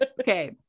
Okay